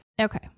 Okay